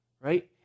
right